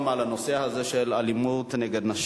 (זכאות לגמלה בתקופת שהייה במקלט לנשים